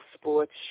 sports